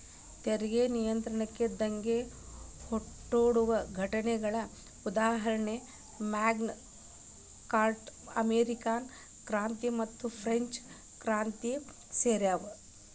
ತೆರಿಗೆ ನಿರಾಕರಣೆ ದಂಗೆ ಹುಟ್ಕೊಂಡ ಘಟನೆಗಳ ಉದಾಹರಣಿ ಮ್ಯಾಗ್ನಾ ಕಾರ್ಟಾ ಅಮೇರಿಕನ್ ಕ್ರಾಂತಿ ಮತ್ತುಫ್ರೆಂಚ್ ಕ್ರಾಂತಿ ಸೇರ್ಯಾವ